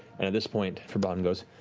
at this point, febron goes,